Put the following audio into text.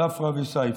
ספרא וסייפא.